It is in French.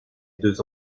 deux